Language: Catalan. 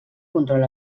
control